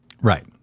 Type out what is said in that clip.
Right